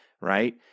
right